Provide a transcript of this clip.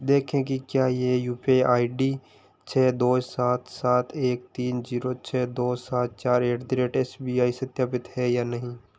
देखें कि क्या यह U P I I D छह दो सात सात एक तीन ज़ीरो छह दो सात चार at the rate S B I सत्यापित है या नहीं